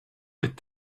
est